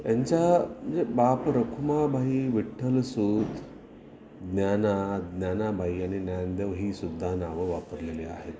यांच्या म्हणजे बाप रखुमाबाई विठ्ठल सूत ज्ञाना ज्ञानाबाई आणि ज्ञानदेव ही सुुद्धा नावं वापरलेली आहेत